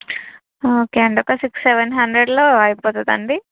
okay అండి ఒక six seven హండ్రెడ్లో అయిపోతదండి